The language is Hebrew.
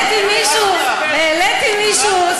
העליתי מישהו, העליתי מישהו.